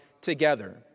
together